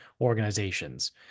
organizations